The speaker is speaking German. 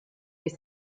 bis